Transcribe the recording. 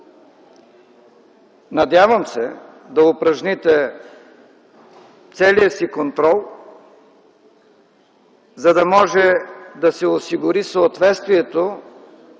Надявам се да упражните целия си контрол, за да може да се осигури съответствието